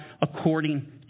according